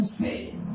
say